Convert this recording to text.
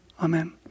amen